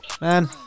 Man